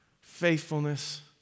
faithfulness